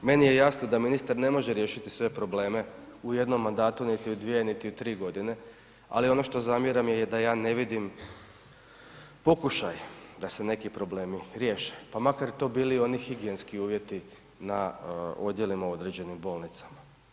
Meni je jasno da ministar ne može riješiti sve probleme u jednom mandatu, niti u 2 niti u 3 g., ali ono što zamjeram je da ja ne vidim pokušaj da se neki problemi riješe pa makar to bili i oni higijenski uvjeti na odjelima u određenim bolnicama.